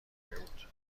میبود